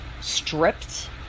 stripped